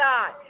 God